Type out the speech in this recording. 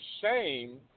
shame